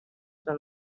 been